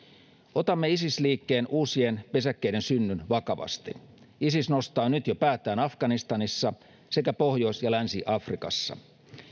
otamme isis liikkeen uusien pesäkkeiden synnyn vakavasti isis nostaa jo nyt päätään afganistanissa sekä pohjois ja länsi afrikassa